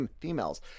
females